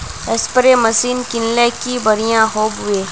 Spray machine किनले की बढ़िया होबवे?